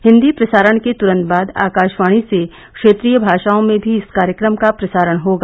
हिन्दी प्रसारण के तुरन्त बाद आकाशवाणी से क्षेत्रीय भाषाओं में भी इस कार्यक्रम का प्रसारण होगा